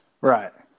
Right